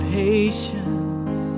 patience